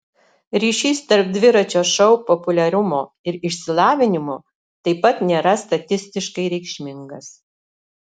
ryšys tarp dviračio šou populiarumo ir išsilavinimo taip pat nėra statistiškai reikšmingas